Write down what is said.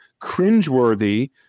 cringeworthy